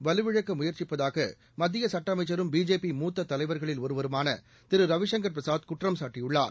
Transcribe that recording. வலுவிழக்க முயற்சிப்பதாக மத்திய சுட்ட அமைச்சரும் பிஜேபி மூத்த தலைவர்களில் ஒருவருமான திரு ரவிசங்கள் பிரசாத் குற்றம் சாட்டியுள்ளார்